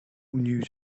news